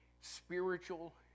spiritual